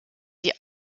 die